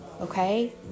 Okay